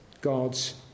God's